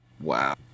Wow